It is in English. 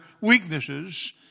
weaknesses